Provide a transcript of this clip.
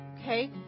okay